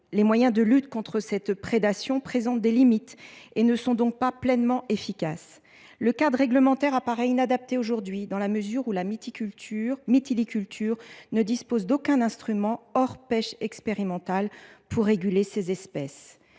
les moyens de lutte contre cette prédation présentent des limites et ne sont donc pas pleinement efficaces. Le cadre réglementaire apparaît inadapté aujourd’hui, dans la mesure où la mytiliculture ne dispose d’aucun instrument, hors pêches expérimentales, pour réguler les espèces